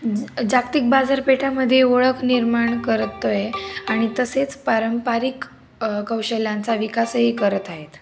ज जागतिक बाजारपेठांमध्ये ओळख निर्माण करतो आहे आणि तसेच पारंपरिक कौशल्यांचा विकासही करत आहेत